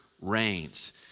reigns